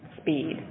speed